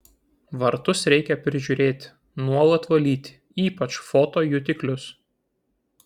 vartus reikia prižiūrėti nuolat valyti ypač fotojutiklius